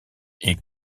est